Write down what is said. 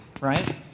right